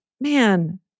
man